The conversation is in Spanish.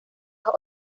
los